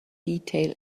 detail